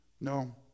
No